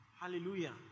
Hallelujah